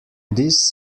this